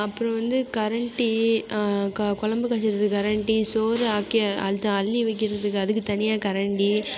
அப்புறம் வந்து கரண்டி க குழம்பு காய்ச்சிறதுக்காக கரண்டி சோறு ஆக்கி அது அள்ளி வைக்கிறதுக்கு அதுக்கு தனியாக கரண்டி